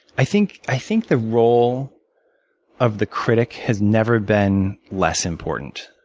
i think i think the role of the critic has never been less important.